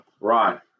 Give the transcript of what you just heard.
Ron